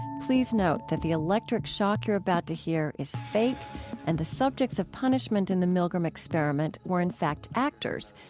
please note that the electric shock you are about to hear is fake and the subjects of punishment in the milgram experiment were in fact actors,